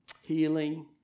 healing